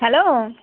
hello